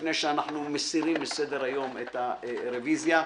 לפני שאנחנו מסירים מסדר-היום את הרביזיה,